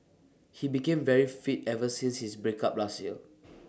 he became very fit ever since his break up last year